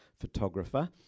photographer